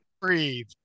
breathe